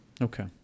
Okay